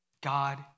God